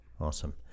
Awesome